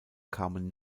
kamen